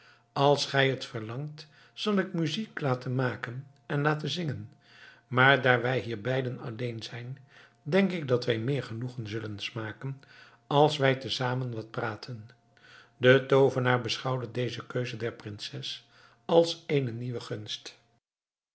als gij het verlangt zal ik muziek laten maken en laten zingen maar daar wij hier beiden alleen zijn denk ik dat wij meer genoegen zullen smaken als wij tezamen wat praten de toovenaar beschouwde deze keus der prinses als een nieuwe gunst